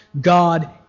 God